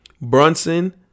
Brunson